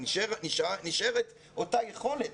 היא נשארת אותה יכולת.